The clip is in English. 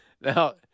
Now